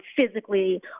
physically